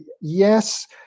Yes